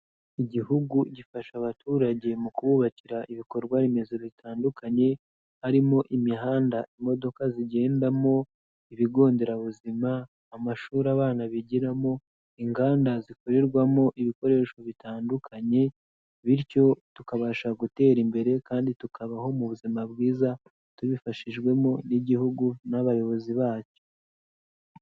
Igihugu gifasha abaturage mu kububakira ibikorwa remezo bitandukanye, harimo imihanda imodoka zigendamo, ibigo nderabuzima, amashuri abana bigiramo, inganda zikorerwamo ibikoresho bitandukanye, bityo tukabasha gutera imbere kandi tukabaho mu buzima bwiza tubifashijwemo n'igihugu n'abayobozi bacyo.